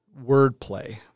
wordplay